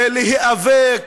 להיאבק